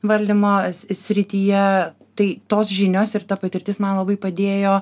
valdymo srityje tai tos žinios ir ta patirtis man labai padėjo